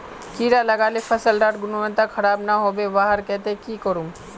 कीड़ा लगाले फसल डार गुणवत्ता खराब ना होबे वहार केते की करूम?